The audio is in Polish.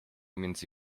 między